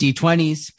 D20s